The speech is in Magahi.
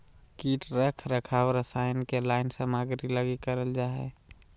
कीट रख रखाव रसायन के लाइन सामग्री लगी करल जा हइ